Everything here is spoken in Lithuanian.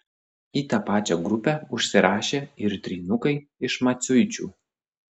į tą pačią grupę užsirašė ir trynukai iš maciuičių